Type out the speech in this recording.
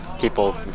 people